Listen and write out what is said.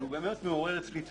לא מבפנים ולא מבחוץ.